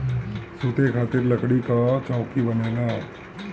सुते खातिर लकड़ी कअ चउकी बनेला